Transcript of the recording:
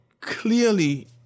clearly